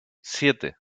siete